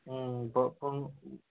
पूण